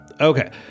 Okay